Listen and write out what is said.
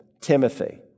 Timothy